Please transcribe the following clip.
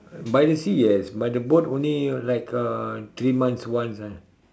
by the sea yes by the boat only like uh three months once ah